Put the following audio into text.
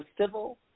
civil